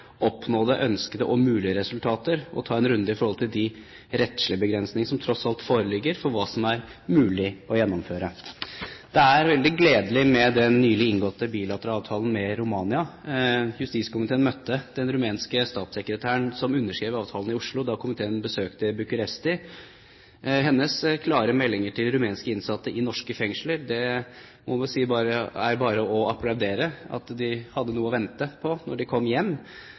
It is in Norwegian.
til de rettslige begrensningene som tross alt foreligger, for å se på hva som er mulig å gjennomføre. Det er veldig gledelig med den nylig inngåtte bilaterale avtalen med Romania. Justiskomiteen møtte den rumenske statssekretæren, som underskrev avtalen i Oslo, da komiteen besøkte Bucuresti. Hennes klare melding til rumenske innsatte i norske fengsler – at de har noe å vente på når de kom hjem